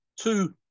two